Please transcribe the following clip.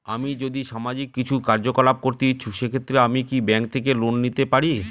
আমি যদি সামাজিক কিছু কার্যকলাপ করতে ইচ্ছুক সেক্ষেত্রে আমি কি ব্যাংক থেকে লোন পেতে পারি?